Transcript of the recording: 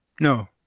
No